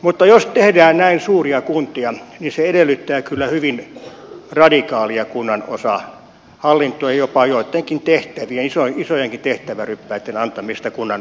mutta jos tehdään näin suuria kuntia se edellyttää kyllä hyvin radikaalia kunnanosahallintoa ja jopa joittenkin tehtävien isojenkin tehtäväryppäitten antamista kunnanosille